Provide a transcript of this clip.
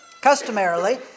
Customarily